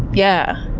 yeah.